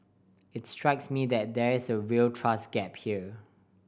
it strikes me that there's a real trust gap here